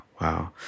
Wow